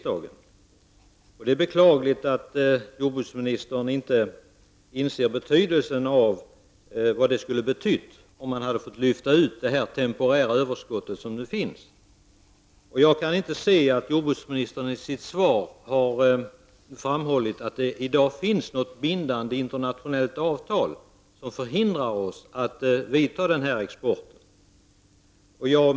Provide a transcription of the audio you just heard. Det är beklagligt att jordbruksministern inte inser vad det hade betytt om man fått exportera det temporära överskott som nu finns. Jag kan inte se att jordbruksministern i sitt svar har sagt att det i dag finns bindande internationella avtal som förhindrar oss att genomföra exporten.